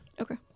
okay